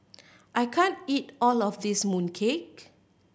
I can't eat all of this mooncake